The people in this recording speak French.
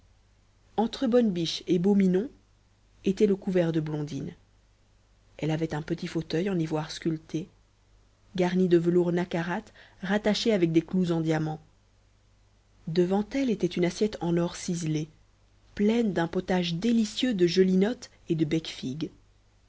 entre bonne biche et beau minon était le couvert de blondine elle avait un petit fauteuil en ivoire sculpté garni de velours nacarat rattaché avec des clous en diamant devant elle était une assiette en or ciselé pleine d'un potage délicieux de gelinottes et de